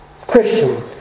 Christian